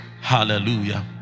Hallelujah